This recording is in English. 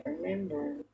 remember